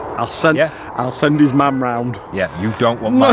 i'll send yeah i'll send his mum round. yeah. you don't want my